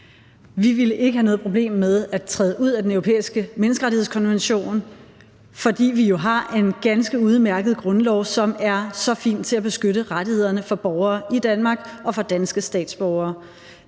Vi ville ikke have noget problem med at træde ud af Den Europæiske Menneskerettighedskonvention, fordi vi jo har en ganske udmærket grundlov, som er så fin til at beskytte rettighederne for borgere i Danmark og for danske statsborgere.